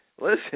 Listen